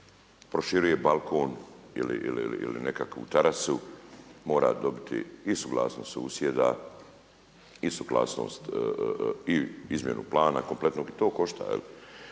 proširuje balkon ili nekakvu terasu mora dobiti i suglasnost susjeda i izmjenu plana kompletnog i to košta,